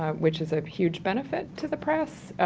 um which is a huge benefit to the press.